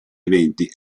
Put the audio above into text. eventi